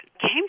came